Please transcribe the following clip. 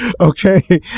okay